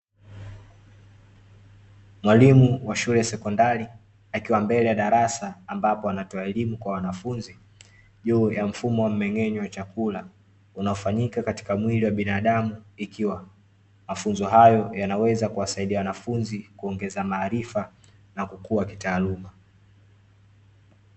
Mwalimu wa shule ya sekondari akiwa mbele ya darasa ambapo, anatoa elimu kwa wanafunzi juu ya mfumo wa umeng'enyo wa chakula, unafanyika katika mwili wa binadamu ikiwa mafunzo hayo yanaweza kuwasaidia wanafunzi, kuongeza maarifa na kukua kitaaluma.